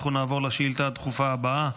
אנחנו נעבור לשאילתה הדחופה הבאה,